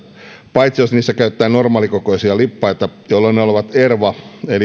paitsi jos niissä käytetään normaalikokoisia lippaita jolloin ne ovat erva